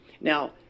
Now